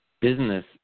business